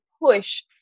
push